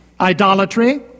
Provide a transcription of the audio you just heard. idolatry